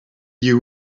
you